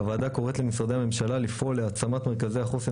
הוועדה קוראת למשרדי הממשלה לפעול להעצמת מרכזי החוסן